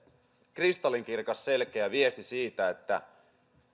kristallinkirkas selkeä viesti siitä että